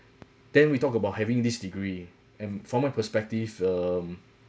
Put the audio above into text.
then we talk about having this degree and from my perspective um